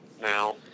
now